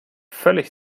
völlig